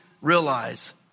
realize